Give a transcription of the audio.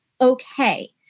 okay